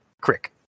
Crick